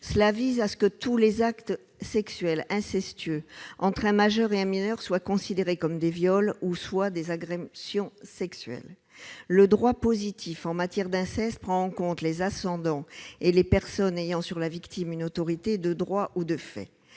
visent à ce que tous les actes sexuels incestueux, entre un majeur et un mineur, soient considérés comme des viols ou des agressions sexuelles. Le droit positif en matière d'inceste prend en compte les « ascendants et les personnes ayant sur la victime une autorité de droit ou de fait